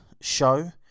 show